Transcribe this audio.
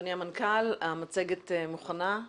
המצגת מוכנה.